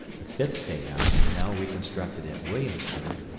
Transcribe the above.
the fifth statehouse, now reconstructed at williamsburg,